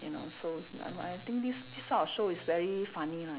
and also n~ I think this this type of show is very funny lah